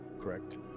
Correct